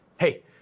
Hey